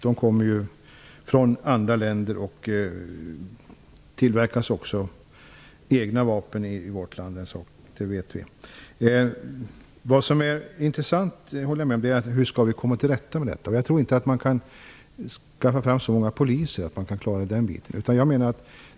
De kommer från andra länder men det tillverkas också egna vapen i vårt land, det vet vi. Hur skall vi komma till rätta med detta? Jag tror inte att man kan skaffa fram tillräckligt många poliser för att klara det.